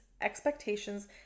expectations